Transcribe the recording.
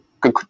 Good